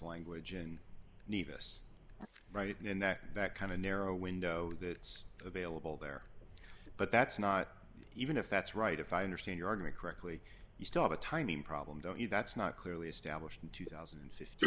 language and need this right and that that kind of narrow window that's available there but that's not even if that's right if i understand your argument correctly you still have a timing problem don't you that's not clearly established in two thousand and sixte